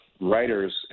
writers